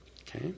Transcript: Okay